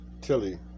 Tilly